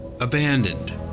abandoned